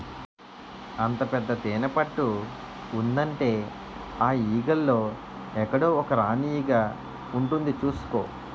అంత పెద్ద తేనెపట్టు ఉందంటే ఆ ఈగల్లో ఎక్కడో ఒక రాణీ ఈగ ఉంటుంది చూసుకో